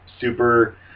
super